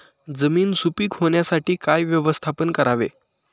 जमीन सुपीक होण्यासाठी काय व्यवस्थापन करावे?